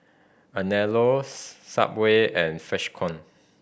Anello Subway and Freshkon